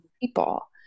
people